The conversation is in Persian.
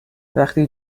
وقتی